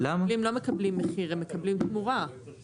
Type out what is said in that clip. המגדלים לא מקבלים מחיר הם מגדלים תמורה.